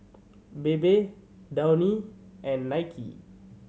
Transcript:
Bebe Downy and Nike